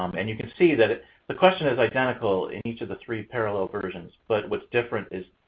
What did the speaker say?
um and you can see that it the question is identical in each of the three parallel versions, but what's different is